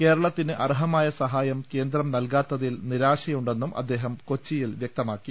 കേരളത്തിന് അർഹമായ സഹായം കേന്ദ്രം നൽകാത്തിൽ നിരാശയുണ്ടെന്നും അദ്ദേഹം കൊച്ചിയിൽ വൃക്തമാക്കി